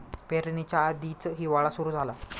पेरणीच्या आधीच हिवाळा सुरू झाला